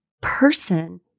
person